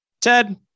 Ted